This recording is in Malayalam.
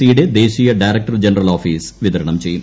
സി യുടെ ദേശീയ ഡയറക്ടർ ജനറൽ ഓഫീസ് വിതരണം ചെയ്യും